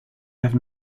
have